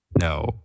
No